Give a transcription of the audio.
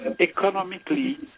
economically